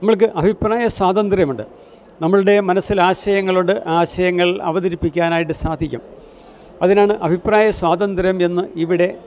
നമ്മൾക്ക് അഭിപ്രായ സ്വാതന്ത്ര്യമുണ്ട് നമ്മളുടെ മനസ്സിലെ ആശയങ്ങളോട് ആശയങ്ങൾ അവതരിപ്പിക്കാനായിട്ട് സാധിക്കും അതിനാണ് അഭിപ്രായ സ്വാതന്ത്ര്യം എന്ന് ഇവിടെ